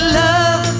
love